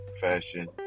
fashion